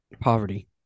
poverty